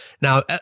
Now